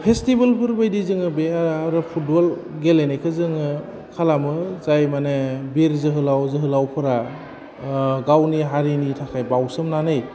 फेस्टिबोलफोरबायदि जोङो बेयो आरो फुटबल गेलेनायखौ जोङो खालामो जाय माने बिर जोहोलाव जोहोलावफ्रा गावनि हारिनि थाखाय बाउसोमनानै